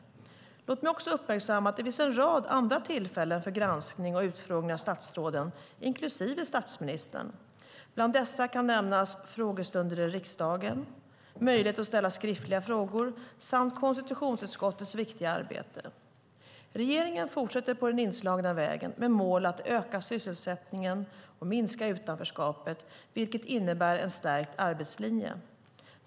Låt mig också uppmärksamma att det finns en rad andra tillfällen för granskning och utfrågning av statsråden, inklusive statsministern. Bland dessa kan nämnas frågestunder i riksdagen, möjlighet att ställa skriftliga frågor samt konstitutionsutskottets viktiga arbete. Regeringen fortsätter på den inslagna vägen med mål att öka sysselsättningen och minska utanförskapet, vilket innebär en stärkt arbetslinje.